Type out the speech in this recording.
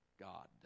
God